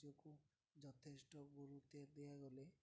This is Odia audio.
ଯୋଗୁଁ ଯଥେଷ୍ଟ ଗୁରୁତ୍ୱ ଦିଆଗଲେ